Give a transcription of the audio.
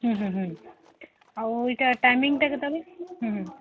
ହୁଁ ହୁଁ ଆଉ ଏଇଟା ଟାଇମିଙ୍ଗଟା କେତେବେଳେ